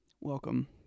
Welcome